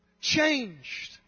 Changed